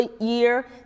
year